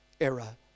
era